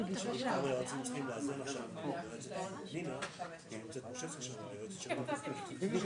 רוויזיה על פניות 63 עד 65. מי בעד?